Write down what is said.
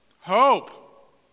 hope